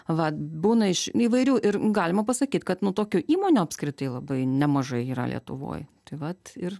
vat būna iš įvairių ir galima pasakyt kad nu tokių įmonių apskritai labai nemažai yra lietuvoj tai vat ir